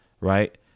right